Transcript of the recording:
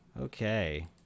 Okay